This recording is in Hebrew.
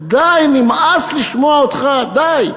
די, נמאס לשמוע אותך, די.